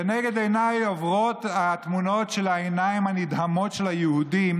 לנגד עיניי עוברות התמונות של העיניים הנדהמות של היהודים,